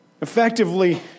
Effectively